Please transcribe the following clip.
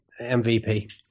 MVP